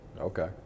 Okay